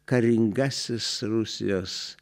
karingasis rusijos